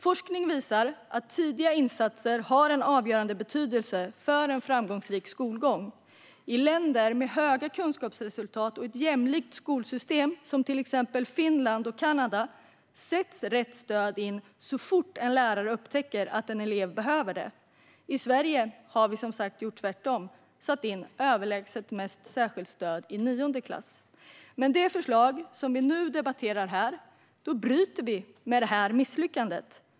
Forskning visar att tidiga insatser har en avgörande betydelse för en framgångsrik skolgång. I länder med höga kunskapsresultat och ett jämlikt skolsystem, som till exempel Finland och Kanada, sätts rätt stöd in så fort en lärare upptäcker att en elev behöver det. I Sverige har vi som sagt gjort tvärtom - satt in överlägset mest särskilt stöd i nionde klass. Med det förslag vi nu debatterar här bryter vi med detta misslyckande.